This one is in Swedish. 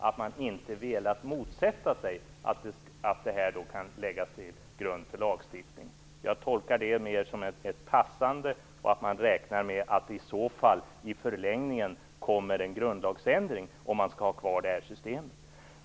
Mot den bakgrunden säger Lagrådet att man inte velat motsätta sig att detta kan läggas till grund för lagstiftning. Jag tolkar det mer som ett passande, och att man räknar med att det kommer en grundlagsförändring i förlängningen om man skall ha kvar det här systemet.